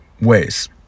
ways